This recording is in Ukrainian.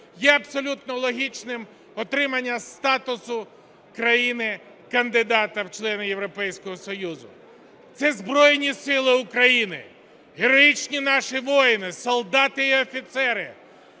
є абсолютно логічним отримання статусу країни-кандидата в члени Європейського Союзу. Це Збройні Сили України, героїчні наші воїни, солдати і офіцери,